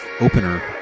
opener